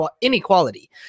inequality